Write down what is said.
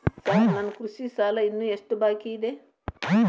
Sir ನನ್ನ ಕೃಷಿ ಸಾಲ ಇನ್ನು ಎಷ್ಟು ಬಾಕಿಯಿದೆ?